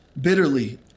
bitterly